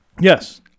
yes